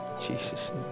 Jesus